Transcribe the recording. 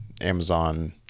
Amazon